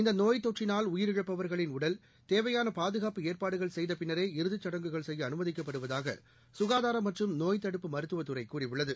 இந்த நோய் தொற்றினால் உயிரிழப்பவர்களின் உடல் தேவையான பாதுகாப்பு ஏற்பாடுகள் செய்த பின்னரே இறுதி சடங்குகள் செய்ய அனுமதிக்கப்படுவதாக சுகாதார மற்றும் நோய் தடுப்பு மருத்துவ துறை கூறியுள்ளது